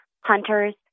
hunters